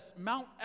Mount